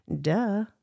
Duh